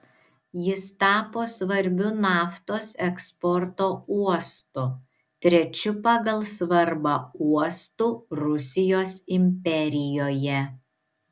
jis tapo svarbiu naftos eksporto uostu trečiu pagal svarbą uostu rusijos imperijoje